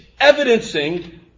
evidencing